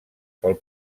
pel